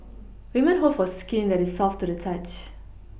women hope for skin that is soft to the touch